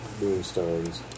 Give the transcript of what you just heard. moonstones